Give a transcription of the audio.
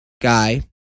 guy